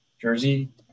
jersey